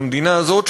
במדינה הזאת,